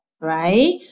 right